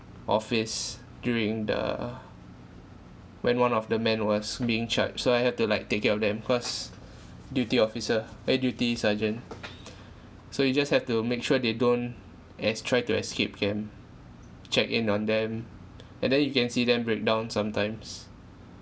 office during the when one of the men was being charged so I had to like take care of them cause duty officer eh duty sergeant so you just have to make sure they don't es~ try to escape camp check in on them and then you can see them breakdown sometimes